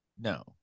No